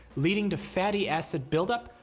leading to fatty acid build up,